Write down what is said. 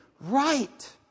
right